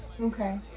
Okay